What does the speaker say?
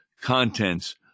contents